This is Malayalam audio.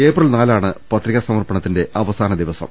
ഏപ്രിൽ നാലാണ് പത്രികാ സമർപ്പ ണത്തിന്റെ അവസാനദിവസം